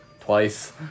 Twice